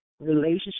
relationship